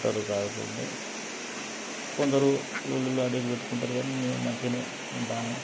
ఉంటారు కాకుంటే కొందరు లొల్లులు అలాంటివి పెట్టుకుంటారు కానీ మేము మంచిగానే ఉంటాన్నాం